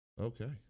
Okay